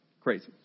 crazy